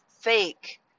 fake